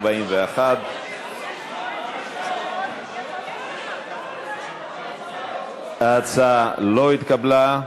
41. קריאות: --- ההצעה לא התקבלה.